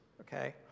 okay